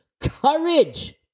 courage